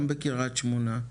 גם בקריית שמונה.